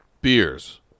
Beers